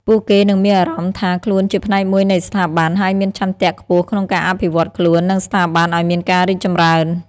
ពួកគេនឹងមានអារម្មណ៍ថាខ្លួនជាផ្នែកមួយនៃស្ថាប័ន ហើយមានឆន្ទៈខ្ពស់ក្នុងការអភិវឌ្ឍន៍ខ្លួន និងស្ថាប័នឲ្យមានការរីកចម្រើន។